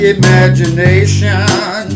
imagination